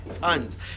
tons